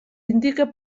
indica